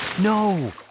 No